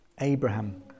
Abraham